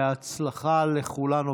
בהצלחה לכולנו.